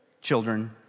children